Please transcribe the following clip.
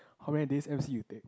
how many days M_C you take